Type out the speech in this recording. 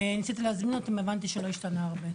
ניסיתי להזמין אותם, הבנתי שלא נשתנה הרבה.